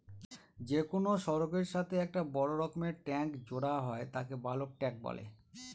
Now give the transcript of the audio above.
যে কোনো সড়কের সাথে একটা বড় রকমের ট্যাংক জোড়া হয় তাকে বালক ট্যাঁক বলে